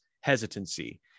hesitancy